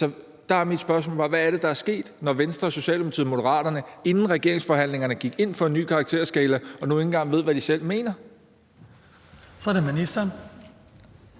det. Der er mit spørgsmål bare: Hvad er det, der er sket, når Venstre, Socialdemokratiet og Moderaterne inden regeringsforhandlingerne gik ind for en ny karakterskala og nu ikke engang ved, hvad de selv mener? Kl. 17:51 Den